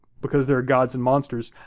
because there are gods and monsters,